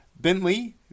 Bentley